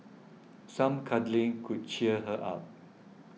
some cuddling could cheer her up